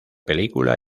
película